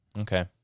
okay